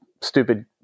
stupid